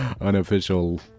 unofficial